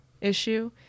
issue